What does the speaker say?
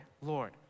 Lord